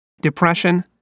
depression